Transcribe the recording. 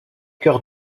chœur